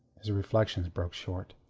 his reflections broke short.